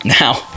Now